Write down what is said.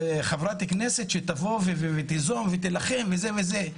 חברת כנסת שתבוא ותיזום ותילחם וזה וזה?